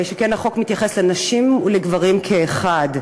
שכן החוק מתייחס לנשים ולגברים כאחד.